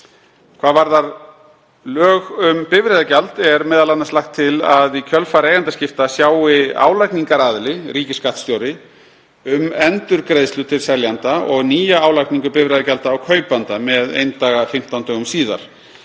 Hvað varðar lög um bifreiðagjald er m.a. lagt til að í kjölfar eigendaskipta sjái álagningaraðili, ríkisskattstjóri, um endurgreiðslu til seljanda og nýja álagningu bifreiðagjalda á kaupanda með eindaga 15 dögum síðar.